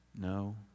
No